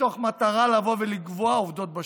מתוך מטרה לבוא ולקבוע עובדות בשטח.